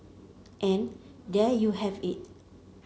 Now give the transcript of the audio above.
and there you have it